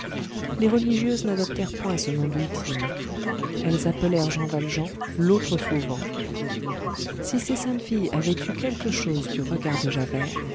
les religieuses n'adoptèrent point ce nom d'ultime elles appelèrent jean valjean l'autre fauvent si ces saintes filles avaient eu quelque chose du regard de javert